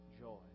joy